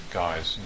guys